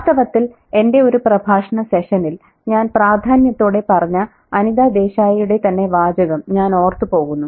വാസ്തവത്തിൽ എന്റെ ഒരു പ്രഭാഷണ സെഷനിൽ ഞാൻ പ്രാധാന്യത്തോടെ പറഞ്ഞ അനിതാ ദേശായിയുടെ തന്നെ വാചകം ഞാൻ ഓർത്തു പോകുന്നു